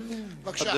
בבקשה.